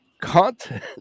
content